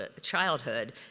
childhood